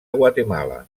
guatemala